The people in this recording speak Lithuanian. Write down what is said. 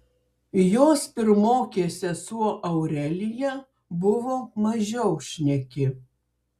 jos pirmokė sesuo aurelija buvo mažiau šneki